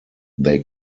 they